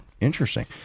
Interesting